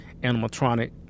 animatronic